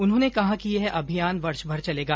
उन्होंने कहा कि यह अभियान वर्षभर चलेगा